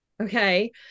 Okay